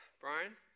Brian